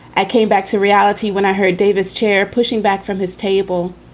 i came back to reality when i heard davis chair pushing back from his table.